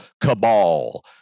cabal